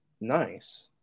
Nice